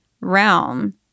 realm